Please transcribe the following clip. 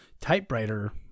typewriter